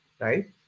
right